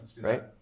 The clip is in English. Right